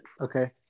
Okay